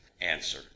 Answer